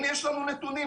אם יש לנו נתונים,